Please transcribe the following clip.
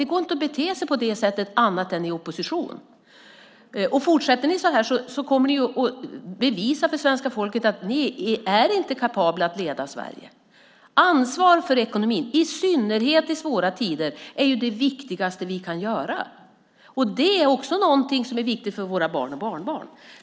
Det går inte att bete sig på det sättet annat än i opposition. Om ni fortsätter så här kommer ni att bevisa för svenska folket att ni inte är kapabla att leda Sverige. Att ta ansvar för ekonomin, i synnerhet i svåra tider, är det viktigaste som vi kan göra. Det är också någonting som är viktigt för våra barn och barnbarn.